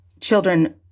Children